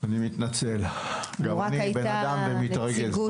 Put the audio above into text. אני מתנצל, גם אני בן אדם ואני מתרגז.